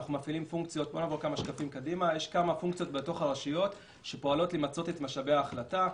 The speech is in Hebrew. אנחנו מפעילים פונקציות בתוך הרשויות שפועלות למצות את משאבי ההחלטה.